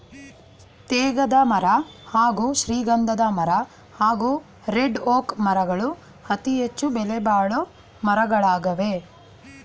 ತೇಗದಮರ ಹಾಗೂ ಶ್ರೀಗಂಧಮರ ಹಾಗೂ ರೆಡ್ಒಕ್ ಮರಗಳು ಅತಿಹೆಚ್ಚು ಬೆಲೆಬಾಳೊ ಮರಗಳಾಗವೆ